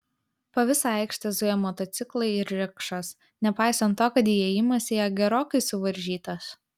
po visą aikštę zuja motociklai ir rikšos nepaisant to kad įėjimas į ją gerokai suvaržytas